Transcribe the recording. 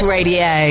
Radio